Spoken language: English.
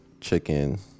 chicken